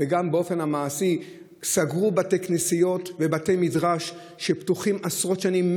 וגם באופן המעשי: סגרו בתי כנסיות ובתי מדרש שפתוחים עשרות שנים,